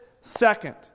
second